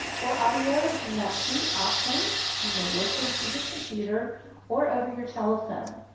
for audio you have two options, you may listen through your computer or over your telephone.